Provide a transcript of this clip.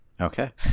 Okay